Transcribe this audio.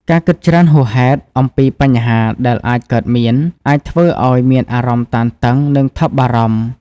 ការគិតច្រើនហួសហេតុអំពីបញ្ហាដែលអាចកើតមាន អាចធ្វើឱ្យមានអារម្មណ៍តានតឹង និងថប់បារម្ភ។